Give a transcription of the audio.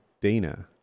Dana